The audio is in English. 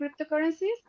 cryptocurrencies